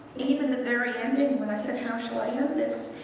even the very ending, where i said how shall i end this,